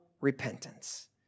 repentance